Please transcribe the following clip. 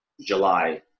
July